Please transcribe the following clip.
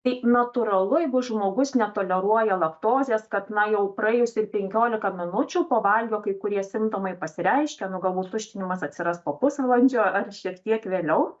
tai natūralu jeigu žmogus netoleruoja laktozės kad na jau praėjus ir penkiolika minučių po valgio kai kurie simptomai pasireiškia nu galbūt tuštinimas atsiras po pusvalandžio ar šiek tiek vėliau